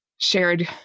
shared